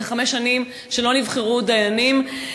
אחרי חמש שנים שלא נבחרו דיינים.